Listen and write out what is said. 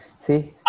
See